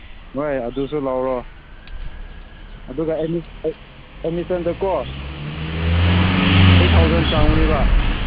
ꯍꯣꯏ ꯑꯗꯨꯁꯨ ꯂꯧꯔꯣ ꯑꯗꯨꯒ ꯑꯦꯗꯃꯤꯁꯟꯗꯀꯣ ꯑꯩꯠ ꯊꯥꯎꯖꯟ ꯆꯪꯒꯅꯦꯕ